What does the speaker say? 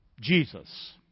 Jesus